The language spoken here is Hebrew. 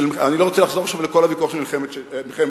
אני לא רוצה לחזור עכשיו לכל הוויכוח של מלחמת השחרור.